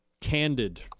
candid